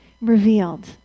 revealed